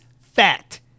fat